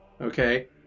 okay